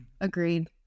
Agreed